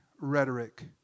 rhetoric